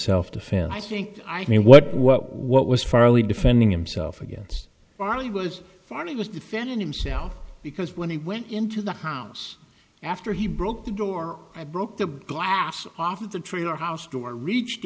self defense i think i mean what what what was fairly defending himself against charlie was funny was defending himself because when he went into the house after he broke the door i broke the glass off of the tree your house door reached